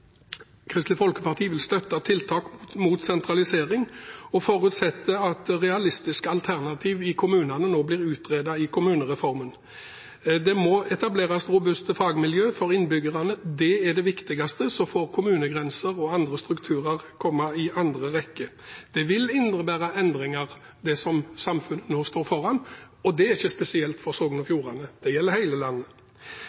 Kristelig Folkeparti vil støtte tiltak mot sentralisering, og vi forutsetter at realistiske alternativer i kommunene nå blir utredet i forbindelse med kommunereformen. Det må etableres robuste fagmiljøer for innbyggerne, det er det viktigste, og så får kommunegrenser og andre strukturer komme i andre rekke. Det som samfunnet nå står foran, vil innebære endringer, og det er ikke spesielt for Sogn og Fjordane, det gjelder hele landet.